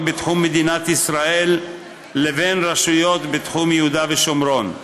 בתחום מדינת ישראל לבין רשויות בתחום יהודה ושומרון.